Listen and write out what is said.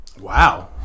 Wow